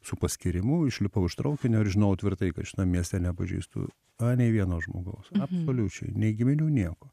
su paskyrimu išlipau iš traukinio ir žinojau tvirtai kad šitam mieste nepažįstu anei vieno žmogaus absoliučiai nei giminių nieko